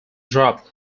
dropped